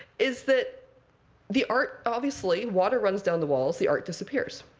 is that the art obviously, water runs down the walls. the art disappears.